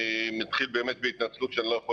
אני אתחיל באמת בהתנצלות שאני לא יכול